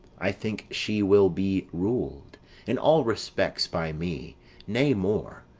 i think she will be rul'd in all respects by me nay more,